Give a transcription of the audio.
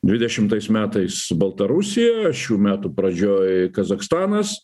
dvidešimtais metais baltarusija šių metų pradžioj kazachstanas